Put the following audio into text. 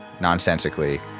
nonsensically